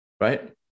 Right